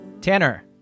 Tanner